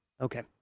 Okay